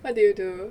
what do you do